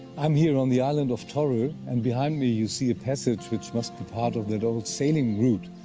i'm here on the island of torro, and behind me you see a passage, which must be part of that old sailing route.